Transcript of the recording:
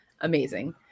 amazing